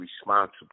responsible